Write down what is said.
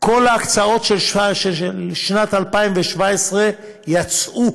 כל ההקצאות של שנת 2017 יצאו.